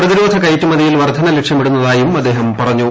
പ്രതിരോധ കയറ്റുമതിയിൽ വർദ്ധന ലക്ഷ്യമിടുന്നതായും അദ്ദേഹം പറഞ്ഞു